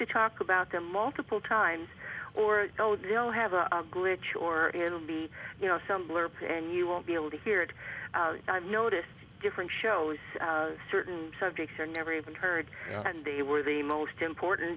to talk about the multiple times or he'll have a great chore it'll be you know some blurbs and you won't be able to hear it i noticed different shows certain subjects are never even heard and they were the most important